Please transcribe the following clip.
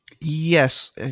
Yes